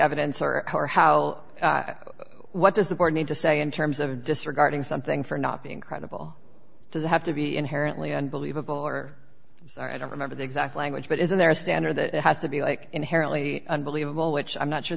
evidence are are how what does the board need to say in terms of disregarding something for not being credible does it have to be inherently unbelievable or i don't remember the exact language but isn't there a standard that has to be like inherently unbelievable which i'm not sure